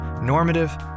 normative